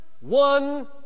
one